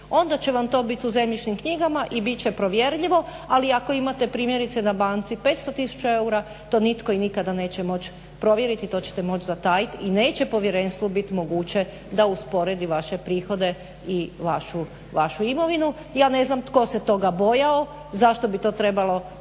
onda će vam to bit u zemljišnim knjigama i bit će provjerljivo, ali ako imate primjerice na banci 500 tisuća eura to nitko i nikada neće moći provjerit i to ćete moći zatajit i neće povjerenstvu bit moguće da usporedi vaše prihode i vašu imovinu. Ja ne znam tko se toga bojao, zašto bi to trebalo